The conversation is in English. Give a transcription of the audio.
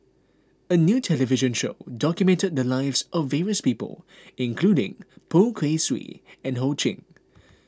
a new television show documented the lives of various people including Poh Kay Swee and Ho Ching